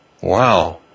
Wow